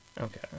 Okay